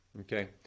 okay